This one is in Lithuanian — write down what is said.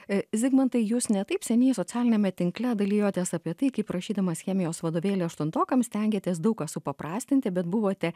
zigmantai jūs ne taip seniai socialiniame tinkle dalijotės apie tai kaip rašydamas chemijos vadovėlį aštuntokams stengiatės daug ką supaprastinti bet buvote